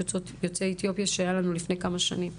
יוצאי אתיופיה שהייתה לנו לפני כמה שנים,